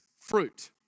fruit